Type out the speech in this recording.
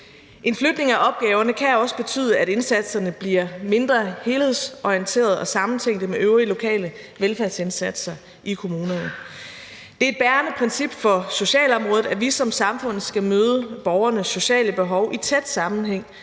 En flytning af opgaverne kan også betyde, at indsatserne bliver mindre helhedsorienterede og sammentænkte med øvrige lokale velfærdsindsatser i kommunerne. Det er et bærende princip for socialområdet, at vi som samfund skal møde borgernes sociale behov i tæt sammenhæng